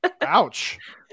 Ouch